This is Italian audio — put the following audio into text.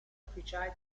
ufficiale